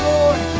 Lord